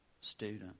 student